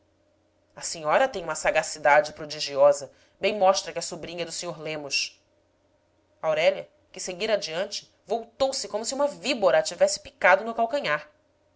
a senhora tem uma sagacidade prodigiosa bem mostra que é sobrinha do sr lemos aurélia que seguira adiante voltou-se como se uma víbora a tivesse picado no calcanhar